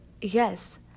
yes